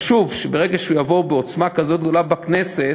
חשוב שברגע שהוא יעבור בעוצמה כזאת גדולה בכנסת,